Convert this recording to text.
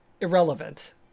irrelevant